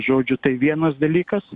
žodžiu tai vienas dalykas